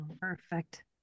Perfect